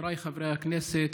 חבריי חברי הכנסת,